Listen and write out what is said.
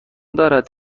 دارد